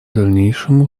дальнейшему